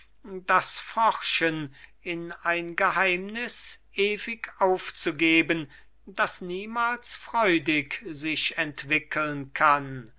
das forschen in ein geheimnis ewig aufzugeben das niemals freudig sich entwickeln kann